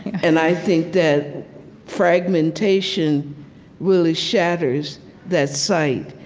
and i think that fragmentation really shatters that sight,